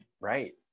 Right